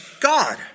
God